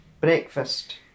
breakfast